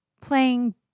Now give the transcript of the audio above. playing